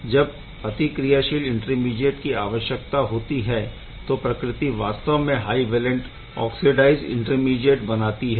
जब अतिक्रियाशील इंटरमीडीऐट की आवश्यकता होती है तो प्रकृति वास्तव में हाइ वैलेंट ओक्सीडाइज़ ईंटरमीडीएट बनाती है